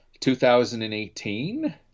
2018